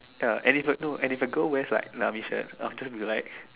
ya and if a no if a girl wears like army shirts I'll just be like